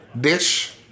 dish